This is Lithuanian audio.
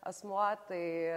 asmuo tai